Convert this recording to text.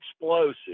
explosive